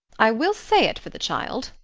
i will say it for the child,